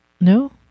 No